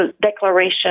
declaration